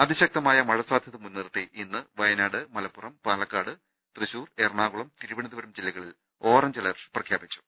അതിശക്തമായ മഴ സാധ്യത മുൻനിർത്തി ഇന്ന് വയനാട് മലപ്പുറം പാലക്കാട് തൃശൂർ എറ ണാകുളം തിരുവനന്തപുരം ജില്ലകളിൽ ഓറഞ്ച് അലർട്ട് പ്രഖ്യാപിച്ചു